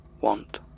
want